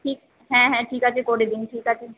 ঠিক হ্যাঁ হ্যাঁ ঠিক আছে করে দিন ঠিক আছে